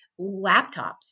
laptops